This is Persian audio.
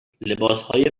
لباسهای